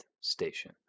Station